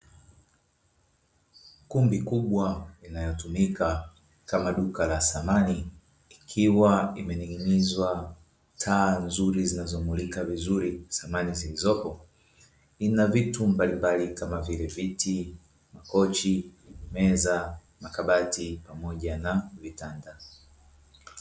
Kumbi kubwa inayotumika kama duka la samani ikiwa imening'inizwa taa nzuri zinazomulika vizuri samani zilizopo, lina viti mbalimbali kama vile viti, meza, makabati pamoja na vitanda.